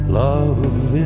love